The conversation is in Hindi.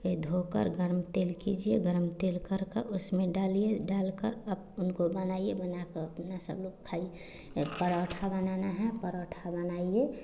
ए धोकर गर्म तेल कीजिए गर्म तेल कर कर उसमें डालिए डालकर आप उनको बनाइए बनाकर अपना सब लोग खाए परांठा बनाना है परांठा बनाइए